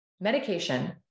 medication